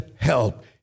help